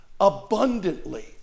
abundantly